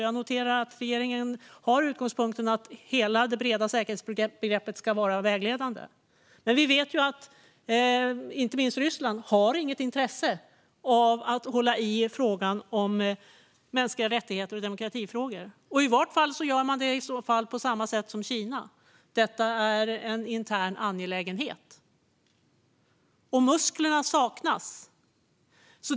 Jag noterar att regeringen har utgångspunkten att hela det breda säkerhetsbegreppet ska vara vägledande. Men vi vet att inte minst Ryssland inte har intresse av att hålla i frågor om mänskliga rättigheter och demokrati. Om man tar upp det gör man det på samma sätt som Kina, alltså med inställningen att det är interna angelägenheter. Musklerna saknas hos OSSE.